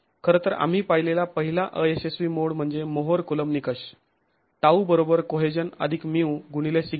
खरंतर आम्ही पाहिलेला पहिला अयशस्वी मोड म्हणजे मोहर कुलोंब निकष टाऊ बरोबर कोहेजन अधिक म्यु गुणिले सिग्मा